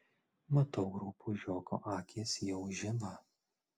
matau rupūžioko akys jau žiba